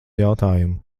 jautājumu